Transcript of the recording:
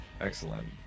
Excellent